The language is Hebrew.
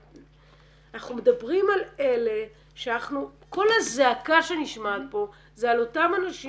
אנחנו מדברים על אלה --- כל הזעקה שנשמעת פה זה על אותם אנשים